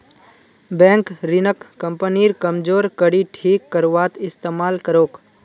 bank ऋणक कंपनीर कमजोर कड़ी ठीक करवात इस्तमाल करोक